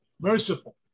merciful